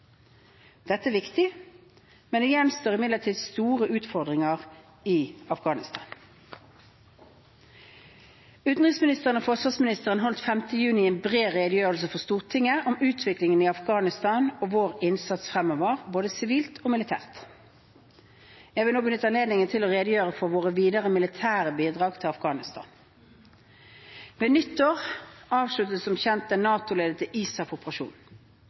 Dette er viktig. Det gjenstår imidlertid store utfordringer i Afghanistan. Utenriksministeren og forsvarsministeren holdt 5. juni en bred redegjørelse for Stortinget om utviklingen i Afghanistan og vår innsats fremover, både sivilt og militært. Jeg vil nå benytte anledningen til å redegjøre for våre videre militære bidrag til Afghanistan. Ved nyttår avsluttes som kjent den NATO-ledede ISAF-operasjonen. Samtidig etableres en